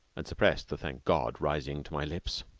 and suppressed the thank god rising to my lips.